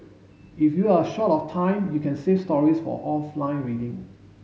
if you are short of time you can save stories for offline reading